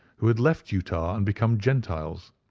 who had left utah and become gentiles.